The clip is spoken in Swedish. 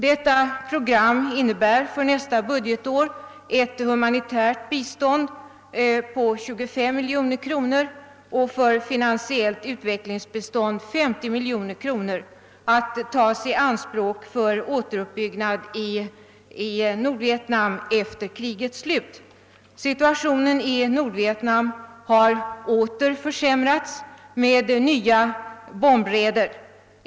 Detta program innebär för nästa budgetår ett humanitärt bistånd på 25 miljoner kronor och ett finansiellt utvecklingsbistånd på 50 miljoner kronor att tas i anspråk för återuppbyggnad i Nordvietnam efter krigets slut. Situationen i Nordvietnam har åter försämrats med nya bombräder.